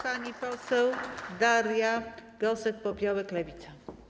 Pani poseł Daria Gosek-Popiołek, Lewica.